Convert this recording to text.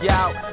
out